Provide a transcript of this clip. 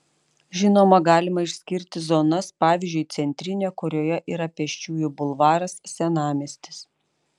žinoma galima išskirti zonas pavyzdžiui centrinė kurioje yra pėsčiųjų bulvaras senamiestis